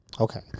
okay